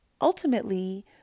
ultimately